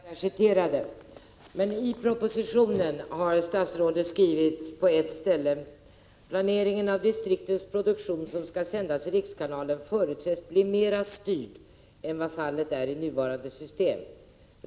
Herr talman! Det är alldeles riktigt att det var utskottets skrivning som jag citerade, men i propositionen har statsrådet skrivit på ett ställe: ”Planeringen av distriktens produktion som skall sändas i rikskanalen förutsätts bli mera styrd än vad fallet är i nuvarande system.